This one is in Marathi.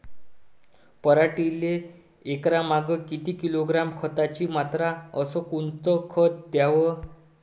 पराटीले एकरामागं किती किलोग्रॅम खताची मात्रा अस कोतं खात द्याव?